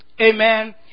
Amen